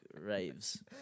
raves